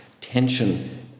tension